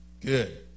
Good